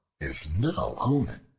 is no omen.